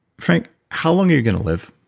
frank, how long are you going to live?